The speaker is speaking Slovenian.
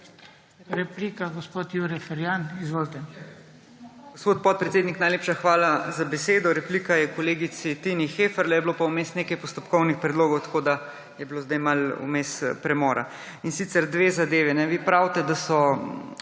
Replika gospod Jure Ferjan. Izvolite. JURE FERJAN (PS SDS): Gospod podpredsednik, najlepša hvala za besedo. Replika je kolegici Tini Heferle, je bilo pa vmes nekaj postopkovnih predlogov, tako da je bilo zdaj vmes malo premora. In sicer dve zadevi. Vi pravite, da so